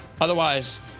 Otherwise